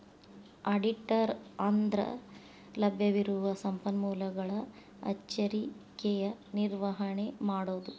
ಆಡಿಟರ ಅಂದ್ರಲಭ್ಯವಿರುವ ಸಂಪನ್ಮೂಲಗಳ ಎಚ್ಚರಿಕೆಯ ನಿರ್ವಹಣೆ ಮಾಡೊದು